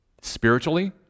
Spiritually